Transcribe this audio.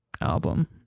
album